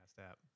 app